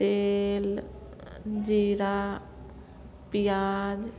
तेल जीरा पिआज